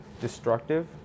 destructive